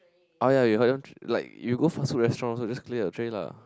oh ya you heard them like you go fast food restaurant also just clear your tray lah